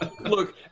Look